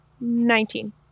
Nineteen